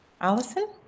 Allison